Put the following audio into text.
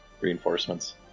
reinforcements